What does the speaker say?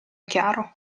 chiaro